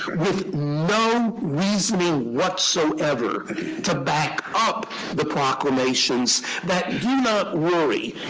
with no reasoning whatsoever to back up the proclamations that, do not worry,